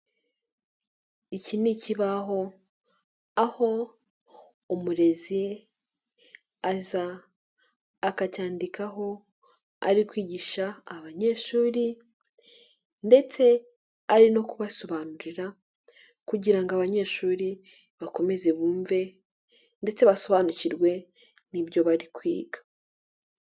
Iki ni ikibaho aho umurezi aza akacyandikaho ari kwigisha abanyeshuri ndetse ari no kubasobanurira kugira ngo abanyeshuri bakomeze bumve ndetse basobanukirwe n'ibyo bari kwiga.